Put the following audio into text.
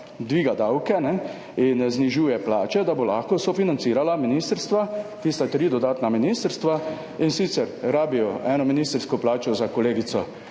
dviga davke in znižuje plače, da bo lahko sofinancirala ministrstva - tista tri dodatna ministrstva. In sicer rabijo eno ministrsko plačo za kolegico